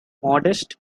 modest